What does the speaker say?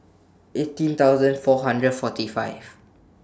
eighteen thousand four hundred forty five